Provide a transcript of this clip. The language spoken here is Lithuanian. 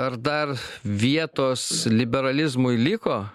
ar dar vietos liberalizmui liko